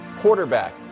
quarterback